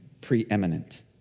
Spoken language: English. preeminent